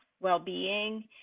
well-being